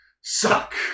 Suck